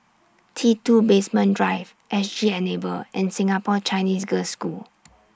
T two Basement Drive S G Enable and Singapore Chinese Girls' School